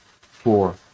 four